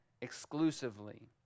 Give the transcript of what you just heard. exclusively